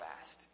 fast